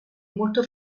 molto